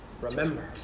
remember